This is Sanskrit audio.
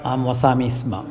अहं वसामि स्म